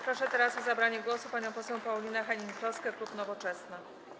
Proszę teraz o zabranie głosu panią poseł Paulinę Hennig-Kloskę, klub Nowoczesna.